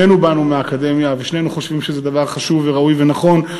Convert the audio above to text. שנינו באנו מהאקדמיה ושנינו חושבים שזה דבר חשוב וראוי ונכון,